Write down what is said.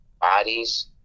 bodies